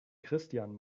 christian